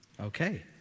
Okay